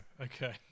Okay